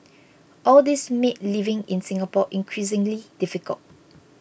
all these made living in Singapore increasingly difficult